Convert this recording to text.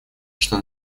что